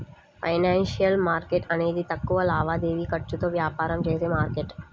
financial market అనేది తక్కువ లావాదేవీ ఖర్చులతో వ్యాపారం చేసే మార్కెట్